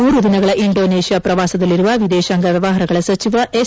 ಮೂರು ದಿನಗಳ ಇಂಡೋನೇಷ್ಯಾ ಪ್ರವಾಸದಲ್ಲಿರುವ ವಿದೇಶಾಂಗ ವ್ಲವಹಾರಗಳ ಸಚಿವ ಎಸ್